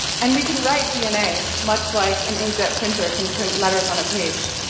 and we can write dna much like an inkjet printer can print letters on a page.